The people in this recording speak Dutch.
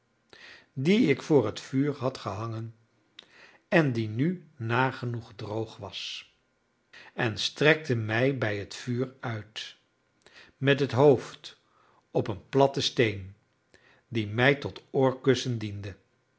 die ik voor het vuur had gehangen en die nu nagenoeg droog was en strekte mij bij het vuur uit met het hoofd op een platten steen die mij tot oorkussen diende